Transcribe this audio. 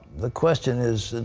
the question is,